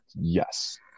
Yes